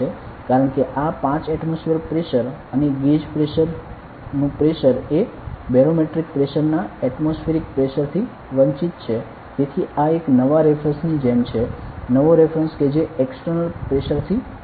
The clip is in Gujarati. કારણ કે આ 5 એટમોસફીયર પ્રેશર અને ગેજ પ્રેશર નુ પ્રેશર એ બેરોમેટ્રિક પ્રેશર ના એટમોસફીયરિક પ્રેશર થી વંચિત છે તેથી આ એક નવા રેફરન્સની જેમ છે નવો રેફરન્સ કે જે એક્સટર્નલ પ્રેશર થી મુક્ત છે